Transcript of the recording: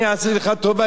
אני עשיתי לך טובה,